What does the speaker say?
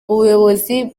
ubuyobozi